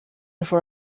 for